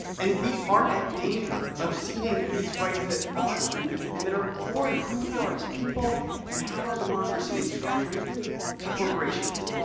and we are at danger of ceding these rights that are human and that are core to who we are as people and how our democracy is structured to corporations,